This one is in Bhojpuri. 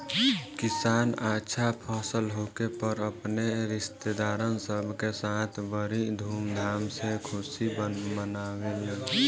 किसान अच्छा फसल होखे पर अपने रिस्तेदारन सब के साथ बड़ी धूमधाम से खुशी मनावेलन